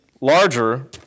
larger